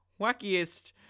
wackiest